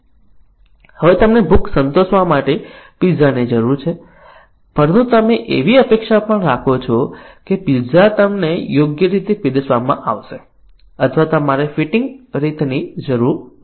હવે તમને ભૂખ સંતોષવા માટે પીઝાની જરૂર છે પરંતુ તમે એવી અપેક્ષા પણ રાખો છો કે પીત્ઝા તમને યોગ્ય રીતે પીરસવામાં આવશે અથવા તમારે ફિટિંગ રીતની જરૂર પડશે